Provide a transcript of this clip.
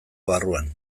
barruan